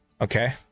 okay